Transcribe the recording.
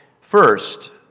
first